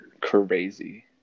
crazy